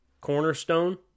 cornerstone